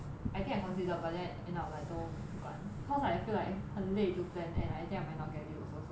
I think I consider but then end up like 都不管 cause I feel like 很累 to plan and I think I might not get it also so like